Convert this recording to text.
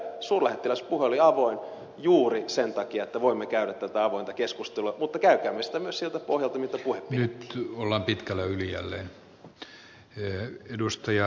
suurlähettiläspuhe oli avoin juuri sen takia että voimme käydä tätä avointa keskustelua mutta käykäämme sitä myös siltä pohjalta mitä puhe piti sisällään